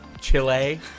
Chile